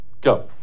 Go